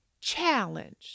challenged